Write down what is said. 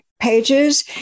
pages